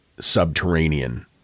subterranean